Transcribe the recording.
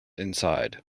inside